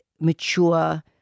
mature